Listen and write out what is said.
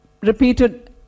repeated